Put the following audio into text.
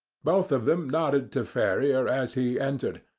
both of them nodded to ferrier as he entered,